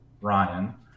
Ryan